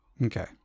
Okay